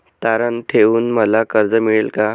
तारण ठेवून मला कर्ज मिळेल का?